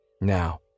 now